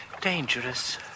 dangerous